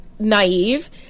Naive